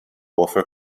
offer